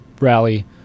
rally